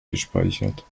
gespeichert